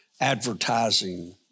advertising